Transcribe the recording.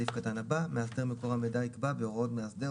סעיף קטן הבא "מאסדר מקור המידע ייקבע בהוראות מאסדר,